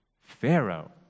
Pharaoh